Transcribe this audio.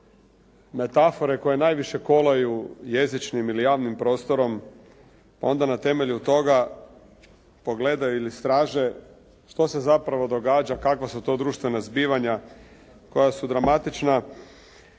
metafore koje najviše kolaju jezičnim ili javnim prostorom onda na temelju toga pogledaju ili istraže što se zapravo događa, kakva su to društvena zbivanja koja su dramatična.